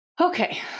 Okay